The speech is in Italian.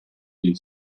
gli